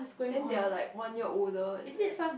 then they are like one year older is it